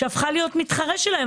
שהפכה להיות מתחרה שלהם.